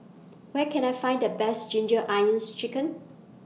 Where Can I Find The Best Ginger Onions Chicken